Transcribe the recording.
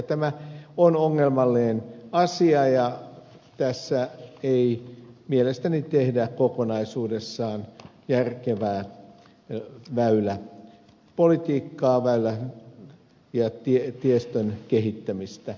tämä on ongelmallinen asia ja tässä ei mielestäni tehdä kokonaisuudessaan järkevää väyläpolitiikkaa väylän ja tiestön kehittämistä